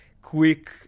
quick